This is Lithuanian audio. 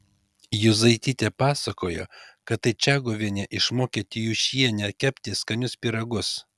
juzaitytė pasakojo kad tai čaguvienė išmokė tijūšienę kepti skanius pyragus